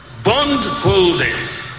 Bondholders